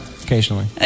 occasionally